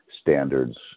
standards